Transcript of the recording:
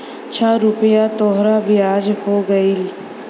छह रुपइया तोहार बियाज हो गएल